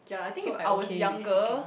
so I okay with picking